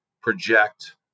project